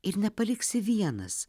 ir nepaliksi vienas